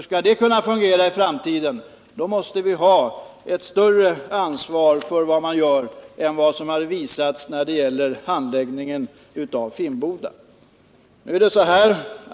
Skall det kunna fungera i framtiden måste vi ha ett större ansvar för vad vi gör än vad som har visats i handläggningen av frågan om Finnboda varv.